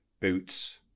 boots